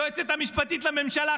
היועצת המשפטית לממשלה,